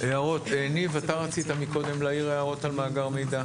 ניב, אתה רצית מקודם להעיר הערות על מאגר מידע.